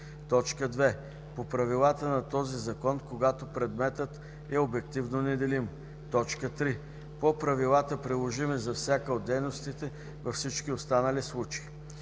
поръчка; 2. по правилата на този Закон, когато предметът е обективно неделим; 3. по правилата, приложими за всяка от дейностите – във всички останали случаи.